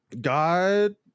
God